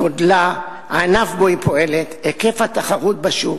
גודלה, הענף שבו היא פועלת, היקף התחרות בשוק,